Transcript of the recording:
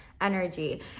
energy